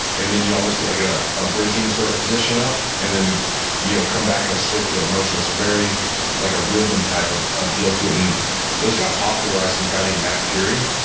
and then you almost get like in ah a bridging sort of position up, and then you know come back in a circular motion. it's very like a rhythm type of of deal to it, and those got popularized by some guy named matt furey.